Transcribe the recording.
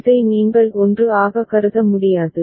இதை நீங்கள் 1 ஆக கருத முடியாது